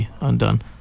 Undone